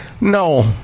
no